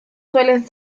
suelen